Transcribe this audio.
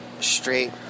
straight